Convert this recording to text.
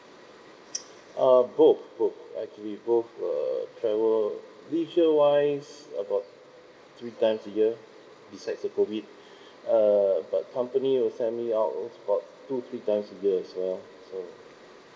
uh both both actually both uh travel leisure wise about three times a year besides the COVID err but company or family out uh about two three times a year as well so